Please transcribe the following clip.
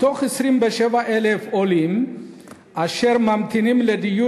בתוך 27,000 העולים אשר ממתינים לדיור